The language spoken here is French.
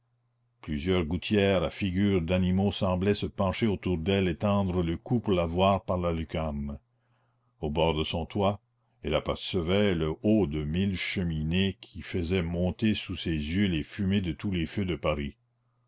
plusieurs gouttières à figures d'animaux semblaient se pencher autour d'elle et tendre le cou pour la voir par la lucarne au bord de son toit elle apercevait le haut de mille cheminées qui faisaient monter sous ses yeux les fumées de tous les feux de paris